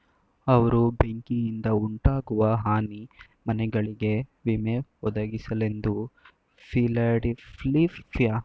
ಅವ್ರು ಬೆಂಕಿಯಿಂದಉಂಟಾಗುವ ಹಾನಿ ಮನೆಗಳಿಗೆ ವಿಮೆ ಒದಗಿಸಲೆಂದು ಫಿಲಡೆಲ್ಫಿಯ ಕಾಂಟ್ರಿಬ್ಯೂಶನ್ಶಿಪ್ ಸ್ಥಾಪಿಸಿದ್ರು